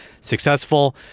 successful